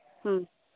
ᱦᱮᱸ